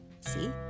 See